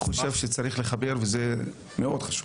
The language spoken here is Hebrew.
אני חושב שצריך לחבר וזה מאוד חשוב.